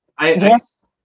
Yes